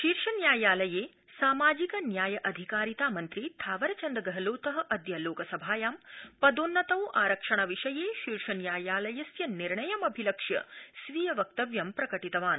लोकसभा सामाजिक न्याय अधिकारिता मन्त्री थावरचन्दगहलोतः अद्य लोकसभायां पदोन्नतौ आरक्षण विषये शीर्षन्यायालयस्य निर्णयमभिलक्ष्य स्वीय वक्तव्यं प्रकटितवान्